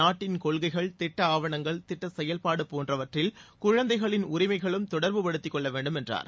நாட்டின் கொள்கைகள் திட்ட ஆவணங்கள் திட்ட செயல்பாடு போன்றவற்றில் குழந்தைகளின் உரிமைகளும் தொடர்புப் படுத்திக் கொள்ள வேண்டும் என்றார்